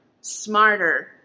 smarter